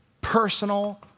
personal